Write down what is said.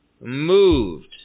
moved